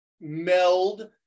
meld